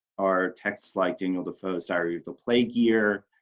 are texts like daniel defoe's diary of the plague year,